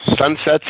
Sunsets